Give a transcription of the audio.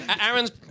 Aaron's